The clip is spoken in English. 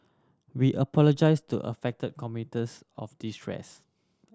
we apologize to affected commuters of distress